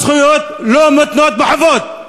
הזכויות לא מותנות בחובות.